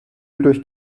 fühlt